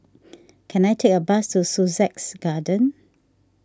can I take a bus to Sussex Garden